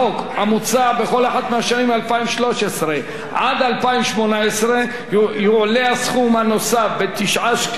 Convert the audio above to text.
בכל אחת מהשנים 2013 2018 יועלה הסכום הנוסף ב-9 שקלים חדשים,